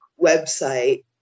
website